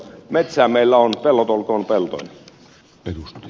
metsää meillä on pellot olkoot peltoina